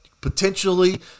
potentially